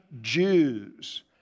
Jews